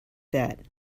that